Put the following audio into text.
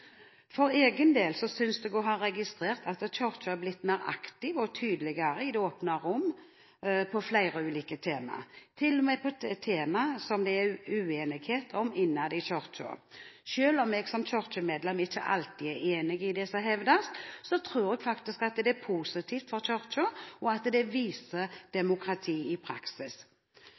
For egen del synes jeg å ha registrert at Kirken har blitt mer aktiv og tydeligere i det åpne rom om flere ulike tema – til og med i temaer der det er uenighet innad i Kirken. Selv om jeg som kirkemedlem ikke alltid er enig i det som hevdes, tror jeg faktisk det er positivt for Kirken, og at det viser demokrati i praksis.